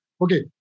Okay